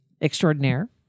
extraordinaire